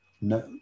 no